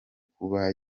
kuba